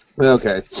Okay